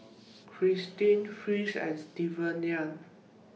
Kristen Fritz and Stevan